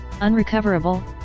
Unrecoverable